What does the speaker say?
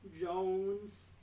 Jones